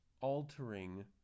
altering